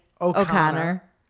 O'Connor